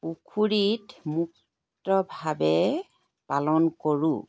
পুখুৰীত মুক্তভাৱে পালন কৰোঁ